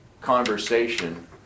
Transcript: conversation